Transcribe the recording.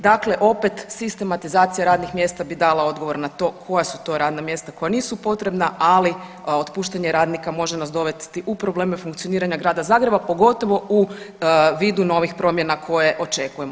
Dakle opet sistematizacija radnih mjesta bi dala odgovor na to koja su to radna mjesta koja nisu potrebna, ali otpuštanje radnika može nas dovesti u probleme funkcioniranja Grada Zagreba, pogotovo u vidu novih promjena koje očekujemo.